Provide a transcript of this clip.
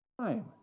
time